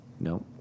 No